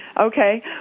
Okay